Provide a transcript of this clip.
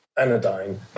anodyne